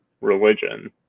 religion